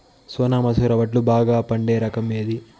సోనా మసూర వడ్లు బాగా పండే రకం ఏది